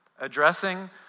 Addressing